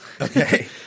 Okay